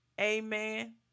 Amen